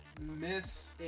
miss